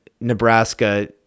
Nebraska